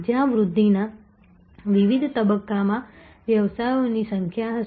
જ્યાં વૃદ્ધિના વિવિધ તબક્કામાં વ્યવસાયોની સંખ્યા હશે